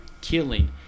killing